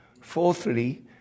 Fourthly